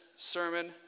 sermon